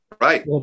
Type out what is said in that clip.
Right